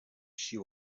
she